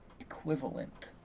equivalent